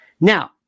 Now